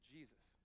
Jesus